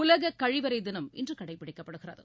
உலக கழிவறை தினம் இன்று கடைபிடிக்கப்படுகிறது